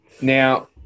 now